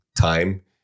time